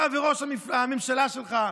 אתה וראש הממשלה שלך,